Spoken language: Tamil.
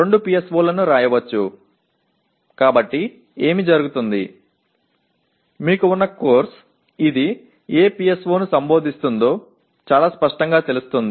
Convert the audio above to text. எனவே நீங்கள் பார்க்கும்போதெல்லாம் என்ன நடக்கும் உங்களிடம் ஒரு பாடநெறி இருக்கும்போதெல்லாம் அது எந்த PSO ஐ உரையாற்றுகிறது என்பது தெளிவாகிறது